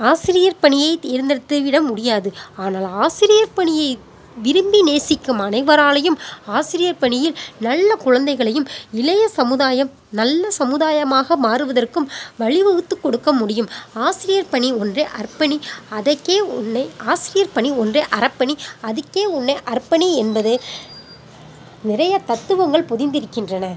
ஆசிரியர் பணியைத் தேர்ந்தெடுத்து விட முடியாது ஆனால் ஆசிரியர் பணியை விரும்பி நேசிக்கும் அனைவராலும் ஆசிரியர் பணியில் நல்ல குழந்தைகளையும் இளைய சமுதாயம் நல்ல சமுதாயமாக மாறுவதற்கும் வழி வகுத்து கொடுக்க முடியும் ஆசிரியர் பணி ஒன்றே அர்ப்பணி அதற்கே உன்னை ஆசிரியர் பணி ஒன்று அறப்பணி அதுக்கே உன்னை அர்ப்பணி என்பதை நிறைய தத்துவங்கள் பதிந்திருக்கின்றன